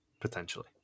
Potentially